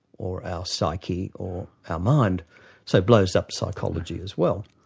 or our psyche, or our mind so blows up psychology as well.